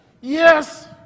Yes